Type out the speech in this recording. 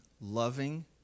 loving